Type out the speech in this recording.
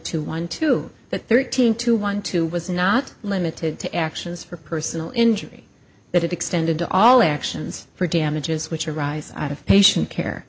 to one to the thirteen to one to was not limited to actions for personal injury that it extended to all actions for damages which arise out of patient care